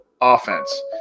offense